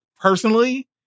personally